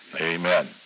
Amen